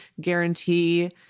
guarantee